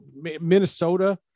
Minnesota